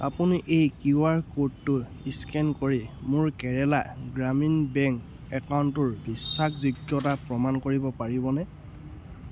আপুনি এই Q R ক'ডটো স্কেন কৰি মোৰ কেৰেলা গ্ৰামীণ বেংক একাউণ্টটোৰ বিশ্বাসযোগ্যতা প্ৰমাণ কৰিব পাৰিবনে